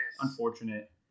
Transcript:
unfortunate